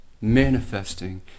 manifesting